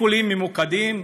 סיכולים ממוקדים,